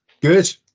Good